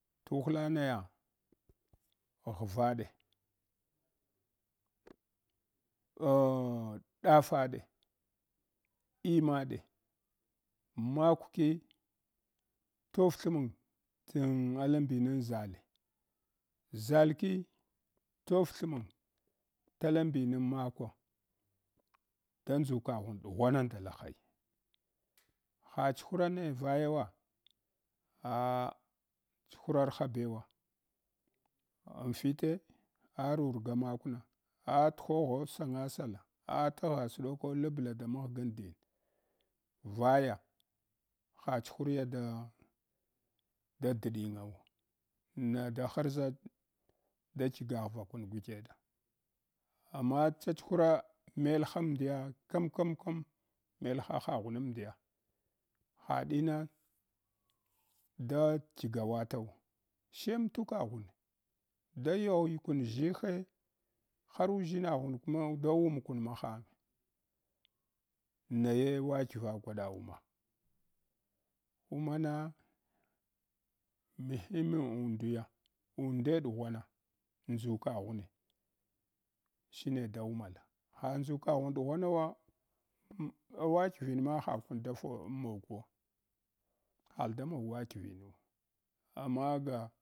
Tuhla naya ghvaɗa, ah ɗazaɗe, imada makwki tof thmang tan alambinin zale, ʒalki tof thmang talambinin makwa da nzukaghun ɗughwana ndalahanya, ha tshura naya vayawa makwnah tuhogho sangasala ah taghasɗoka labla da maghgan dine vaya ha duhurya da diɗinga wa na da harʒa da qigaghvakum kudkada amma chada hura melhamdiya kam-kam-kam melhahaghumandiya hadinada igawataw shemtukaghun da uan kun ʒshihe har uʒshenaghun kuma da womkun mahang naye walqva gwada wuma umana muhinaundiya unda ɗghwan ndʒukaghune shine da wumala ha ndʒikaghum ɗughwanawa wa wakivinma hakun dagor moguwa har damog wakivanu. Amma ga.